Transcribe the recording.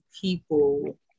people